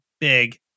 big